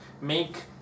make